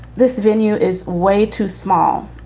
this venue is way too small.